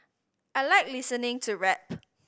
I like listening to rap